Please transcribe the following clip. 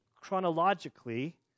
chronologically